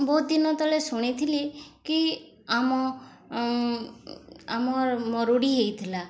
ବହୁତ ଦିନ ତଳେ ଶୁଣିଥିଲି କି ଆମ ଆମର୍ ମରୁଡ଼ି ହେଇଥିଲା